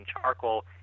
charcoal